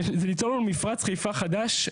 זה ליצור מפרץ חיפה חדש.